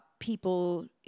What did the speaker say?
people